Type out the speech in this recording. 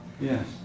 Yes